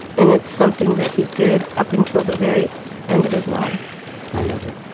and it's something that he did up until the very end of his life i love it.